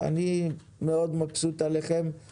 אני מאוד מבסוט עליכם.